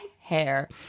hair